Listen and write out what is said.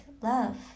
love